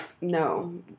no